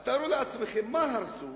אז תארו לעצמם מה הרסו.